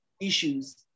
issues